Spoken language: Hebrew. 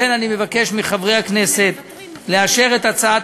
לכן אני מבקש מחברי הכנסת לאשר את הצעת